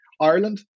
Ireland